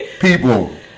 people